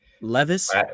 Levis